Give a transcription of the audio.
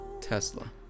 tesla